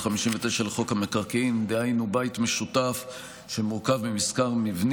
חוק המקרקעין (תיקון מס' 38)